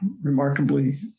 remarkably